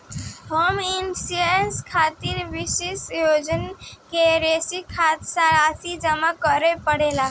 home insurance खातिर वार्षिक insurance के राशि जामा करे के पड़ेला